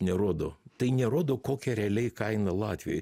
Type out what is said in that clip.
nerodo tai nerodo kokia realiai kaina latvijoj